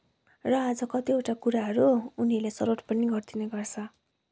र अझ कतिवटा कुराहरू उनीहरूले सल्भ पनि गरिदिने गर्छ